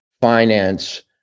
finance